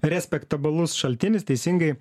respektabilus šaltinis teisingai